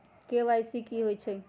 KYC कि होई छई?